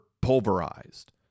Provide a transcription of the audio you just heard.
pulverized